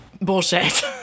bullshit